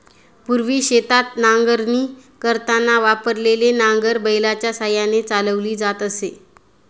पूर्वी शेतात नांगरणी करताना वापरलेले नांगर बैलाच्या साहाय्याने चालवली जात असे